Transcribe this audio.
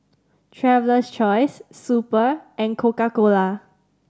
Traveler's Choice Super and Coca Cola